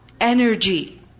energy